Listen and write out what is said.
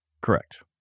Correct